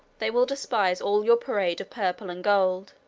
they will despise all your parade of purple and gold.